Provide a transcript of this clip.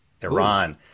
Iran